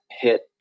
hit